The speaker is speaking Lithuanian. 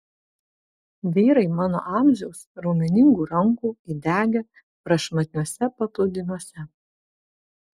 vyrai mano amžiaus raumeningų rankų įdegę prašmatniuose paplūdimiuose